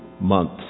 months